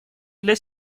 для